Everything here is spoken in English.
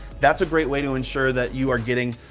that's a great way to ensure that you are getting,